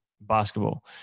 basketball